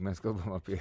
mes kalbam apie